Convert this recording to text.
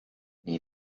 nii